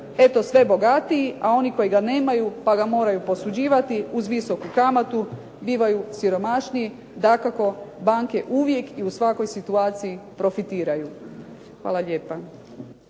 eto sve bogatiji, a oni koji ga nemaju pa ga moraju posuđivati uz visoku kamatu, bivaju siromašniji. Dakako, banke uvijek i u svakoj situaciji profitiraju. Hvala lijepa.